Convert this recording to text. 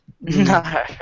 No